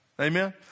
Amen